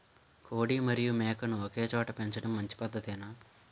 కోడి మరియు మేక ను ఒకేచోట పెంచడం మంచి పద్ధతేనా?